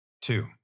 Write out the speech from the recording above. Two